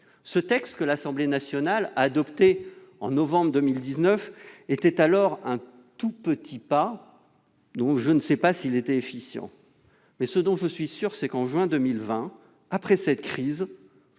Ce texte, que l'Assemblée nationale a adopté en novembre 2019, était alors un tout petit pas. Je ne sais pas s'il était efficient, mais, en juin 2020, après cette crise,